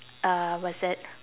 uh what's that